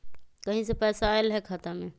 कहीं से पैसा आएल हैं खाता में?